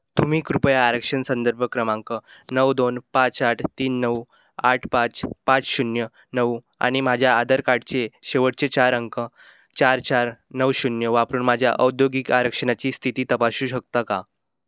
तुम्ही कृपया आरक्षण संदर्भ क्रमांक नऊ दोन पाच आठ तीन नऊ आठ पाच पाच शून्य नऊ आणि माझ्या आधार कार्डचे शेवटचे चार अंक चार चार नऊ शून्य वापरून माझ्या औद्योगिक आरक्षणाची स्थिती तपासू शकता का